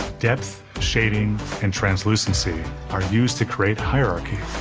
depth, shading and translucency are used to create hierarchy.